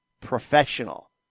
professional